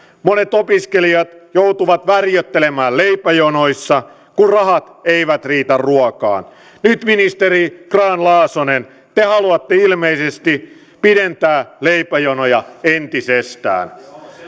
monet opiskelijat joutuvat värjöttelemään leipäjonoissa kun rahat eivät riitä ruokaan nyt ministeri grahn laasonen te haluatte ilmeisesti pidentää leipäjonoja entisestään